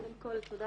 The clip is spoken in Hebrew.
קודם כל תודה